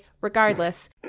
regardless